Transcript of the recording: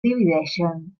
divideixen